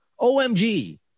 OMG